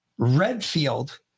Redfield